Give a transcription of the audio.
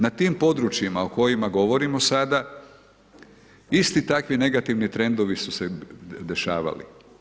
Na tim područjima o kojima govorimo sada isti takvi negativni trendovi su se dešavali.